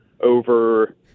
over